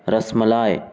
رس ملائے